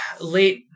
Late